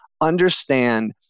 understand